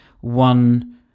one